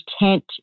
intent